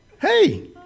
Hey